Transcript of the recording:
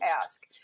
ask